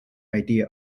idea